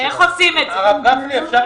אני לא